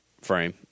frame